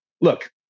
look